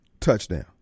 touchdown